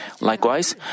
Likewise